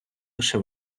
лише